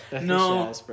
No